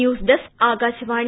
news desk Akashvani